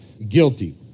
Guilty